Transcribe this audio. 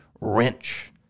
wrench